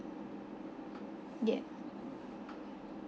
yeah